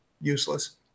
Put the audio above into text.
useless